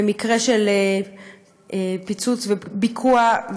במקרה של פיצוץ וביקוע,